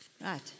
Right